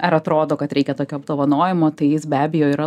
ar atrodo kad reikia tokio apdovanojimo tai jis be abejo yra